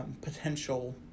potential